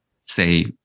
say